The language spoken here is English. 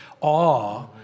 awe